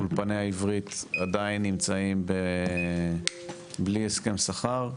אולפני העברית עדיין נמצאים בלי הסכם שכר,